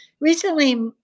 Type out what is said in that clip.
recently